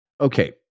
okay